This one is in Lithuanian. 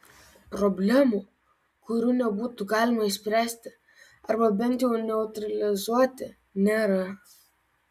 problemų kurių nebūtų galima išspręsti arba bent jau neutralizuoti nėra